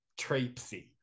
traipsy